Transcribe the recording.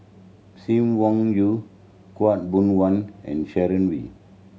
Sim Wong Yoo Khaw Boon Wan and Sharon Wee